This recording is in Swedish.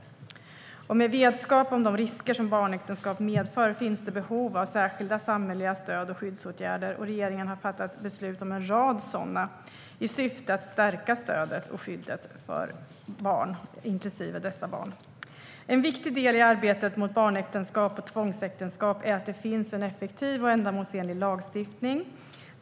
Med vetskap om de risker som barnäktenskap medför finns behov av särskilda samhälleliga stöd och skyddsåtgärder. Regeringen har därför fattat beslut om en rad åtgärder i syfte att stärka stödet och skyddet för dessa barn. En viktig del i arbetet mot barnäktenskap och tvångsäktenskap är att det finns en effektiv och ändamålsenlig lagstiftning.